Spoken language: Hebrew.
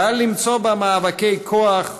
קל למצוא בה מאבקי כוח,